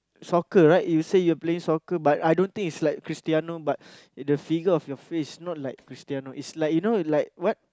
soccer right you say you're playing soccer but I don't think it's like Christiano but the figure of your face not like Christiano it's like you know like what